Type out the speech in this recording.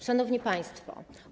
Szanowni Państwo!